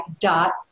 dot